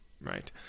right